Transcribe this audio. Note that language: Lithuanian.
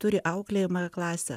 turi auklėjamąją klasę